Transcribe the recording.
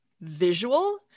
visual